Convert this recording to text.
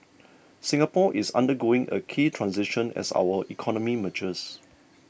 Singapore is undergoing a key transition as our economy matures